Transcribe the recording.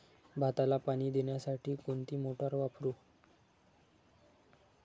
भाताला पाणी देण्यासाठी कोणती मोटार वापरू?